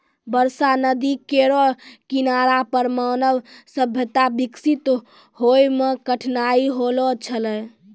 बरसा नदी केरो किनारा पर मानव सभ्यता बिकसित होय म कठिनाई होलो छलै